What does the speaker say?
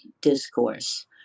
discourse